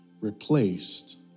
replaced